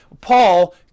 Paul